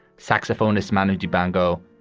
saxophone as manager dibango,